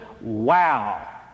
wow